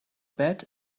bet